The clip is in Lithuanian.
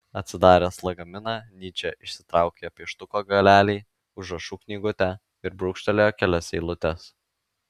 atsidaręs lagaminą nyčė išsitraukė pieštuko galelį užrašų knygutę ir brūkštelėjo kelias eilutes